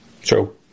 True